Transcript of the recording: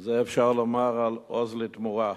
ואת זה אפשר לומר על "עוז לתמורה".